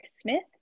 Smith